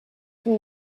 from